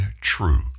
true